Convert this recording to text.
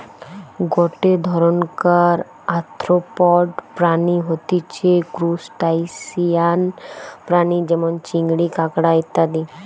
গটে ধরণকার আর্থ্রোপড প্রাণী হতিছে ত্রুসটাসিয়ান প্রাণী যেমন চিংড়ি, কাঁকড়া ইত্যাদি